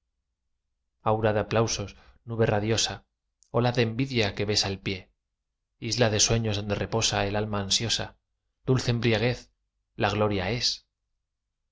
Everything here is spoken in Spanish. aura de aplausos nube radiosa ola de envidia que besa el pie isla de sueños donde reposa el alma ansiosa dulce embriaguez la gloria es